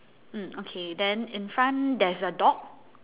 mm okay then in front there's a dog